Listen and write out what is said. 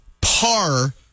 Par